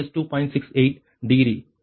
68 degree சரியா